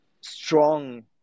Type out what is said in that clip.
strong